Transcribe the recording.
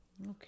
Okay